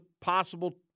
possible